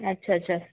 अच्छा अच्छा